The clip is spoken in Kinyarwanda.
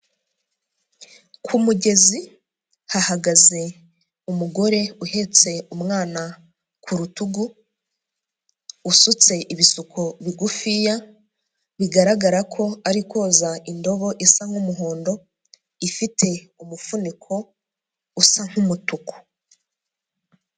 Ku mugezi hahagaze umugore uhetse umwana ku rutugu, usutse ibisuko bigufiya, bigaragara ko ari koza indobo isa nk'umuhondo, ifite umufuniko usa nk'umutuku.